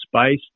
space